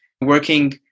working